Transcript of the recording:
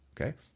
okay